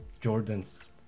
jordan's